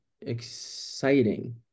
exciting